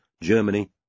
Germany